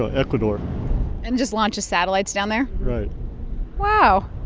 ah ecuador and just launch satellites down there? right wow.